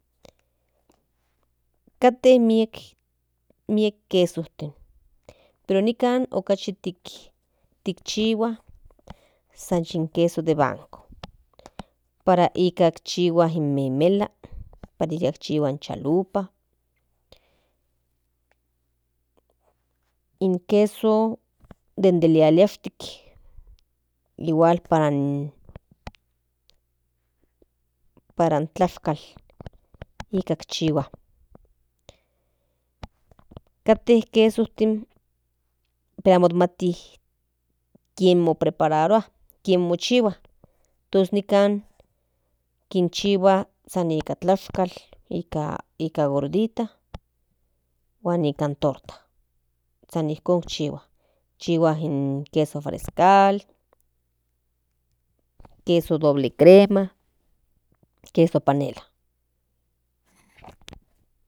Kate miek quesostin pero nikan okachi tikchihua san nin queso de banco para ikan chihua in memela para ikan chihua in chalupas in queso de liliashtik igual para in tlashkal ikan chihua kate quesostin den amo mati kien moprepararua kien mochihua entos nikan kinchihua san nikan tlashkal nikan gorditas huan nikan torta san ninkon chihua in queso frescal queso doble crema queso panela.